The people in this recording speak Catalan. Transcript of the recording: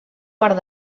part